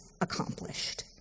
accomplished